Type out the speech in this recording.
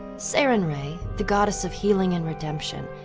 sarenrae, the goddess of healing and redemption,